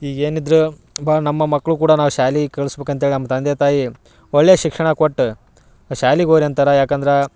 ಈಗ ಏನಿದ್ರೂ ಬಾ ನಮ್ಮ ಮಕ್ಕಳು ಕೂಡ ನಾವು ಶಾಲೆ ಕಳ್ಸ್ಬೇಕಂಥೇಳಿ ನಮ್ಮ ತಂದೆ ತಾಯಿ ಒಳ್ಳೆ ಶಿಕ್ಷಣ ಕೊಟ್ಟ ಶಾಲೆಗೆ ಹೋರಿ ಅಂತಾರೆ ಯಾಕಂದ್ರೆ